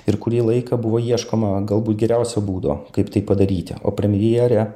ir kurį laiką buvo ieškoma galbūt geriausio būdo kaip tai padaryti o premjerė